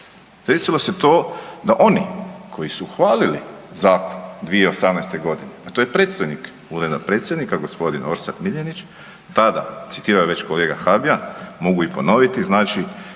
Desilo se to da oni koji su hvalili zakon 2018. g., a to je predstojnik Ureda predsjednika g. Orsat Miljenić, tada, citirao je već kolega Habijan, mogu i ponoviti, znači